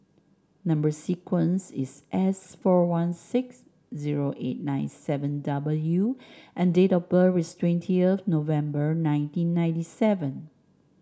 number sequence is S four one six zero eight nine seven W and date of birth is twentieth November nineteen ninety seven